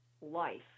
life